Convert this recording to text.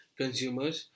consumers